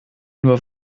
nur